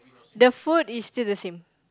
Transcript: the food is still the same